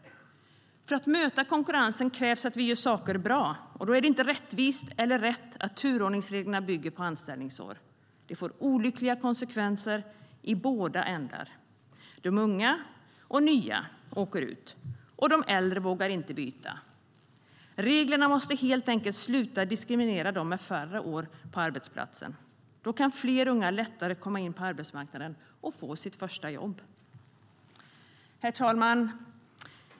För att möta konkurrensen krävs att vi gör saker bra. Då är det inte rättvist eller rätt att turordningsreglerna bygger på anställningsår. Det får olyckliga konsekvenser i båda ändar. De unga och nya åker ut, och de äldre vågar inte byta. Reglerna måste helt enkelt sluta diskriminera dem med färre år på arbetsplatsen. Då kan fler unga lättare komma in på arbetsmarknaden och få sitt första jobb. Herr talman!